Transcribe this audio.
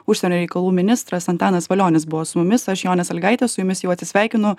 užsienio reikalų ministras antanas valionis buvo su mumis aš jonė salygaitė su jumis jau atsisveikinu